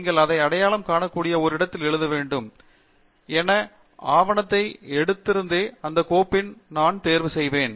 நீங்கள் அதை அடையாளம் காணக்கூடிய ஒரு இடத்தில் எழுத வேண்டும் என் ஆவணத்தை எடுத்திருந்த அதே கோப்பில் நான் தேர்வு செய்வேன்